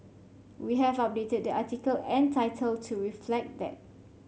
we have updated the article and title to reflect that